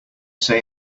say